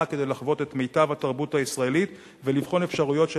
כדי לחוות את מיטב התרבות הישראלית ולבחון אפשרויות של